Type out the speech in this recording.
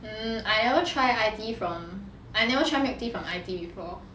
mm I never try iTea from I never try milk tea from iTea before